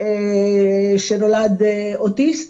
שנולד אוטיסט,